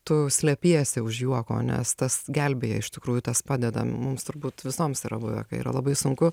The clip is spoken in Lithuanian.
tu slepiesi už juoko nes tas gelbėja iš tikrųjų tas padeda mums turbūt visoms yra buvę kai yra labai sunku